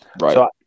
Right